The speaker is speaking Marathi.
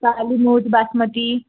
काली मुछ बासमती